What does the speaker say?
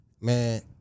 man